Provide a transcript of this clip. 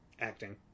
Acting